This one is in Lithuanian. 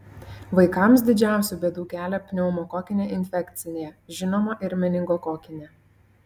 vaikams didžiausių bėdų kelia pneumokokinė infekcija žinoma ir meningokokinė